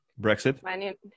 Brexit